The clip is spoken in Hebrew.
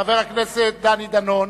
חבר הכנסת דני דנון,